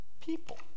people